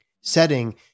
setting